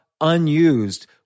unused